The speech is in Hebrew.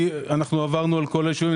עברנו על כל הישובים.